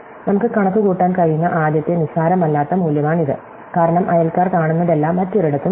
നമുക്ക് കണക്കുകൂട്ടാൻ കഴിയുന്ന ആദ്യത്തെ നിസ്സാരമല്ലാത്ത മൂല്യമാണിത് കാരണം അയൽക്കാർ കാണുന്നതെല്ലാം മറ്റൊരിടത്തും ഇല്ല